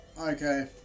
okay